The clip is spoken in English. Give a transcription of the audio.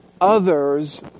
others